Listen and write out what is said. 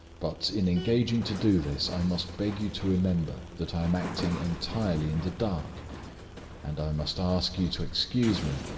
but, in engaging to do this, i must beg you to remember that i am acting entirely in the dark and i must ask you to excuse me,